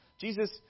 Jesus